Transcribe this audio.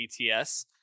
BTS